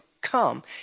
come